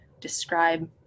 describe